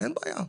- אין בעיה.